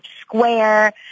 Square